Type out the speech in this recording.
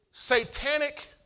Satanic